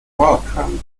welcomed